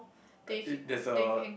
like it that's a